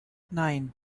nein